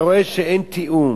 אתה רואה שאין תיאום.